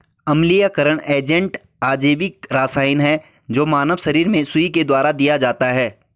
अम्लीयकरण एजेंट अजैविक रसायन है जो मानव शरीर में सुई के द्वारा दिया जाता है